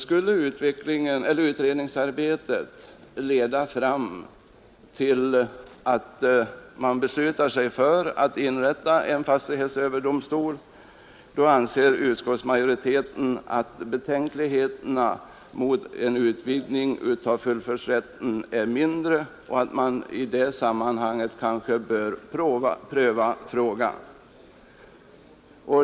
Skulle utredningsarbetet leda fram till att man beslutar sig för att inrätta en fastighetsöverdomstol anser utskottsmajoriteten att betänkligheterna mot en utvidgning av fullföljdsrätten är mindre och att man då kanske bör pröva frågan.